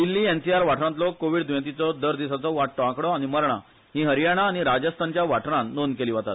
Delhi NCR वाठारांतलो Covid द्येंतीचो दर दिसाचो वाडटो आंकडो आनी मर्णा ही हरयाणा आनी राजस्थानच्या वाठारांनी नोंद केली वतात